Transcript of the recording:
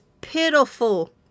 pitiful